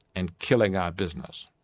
and killing our business.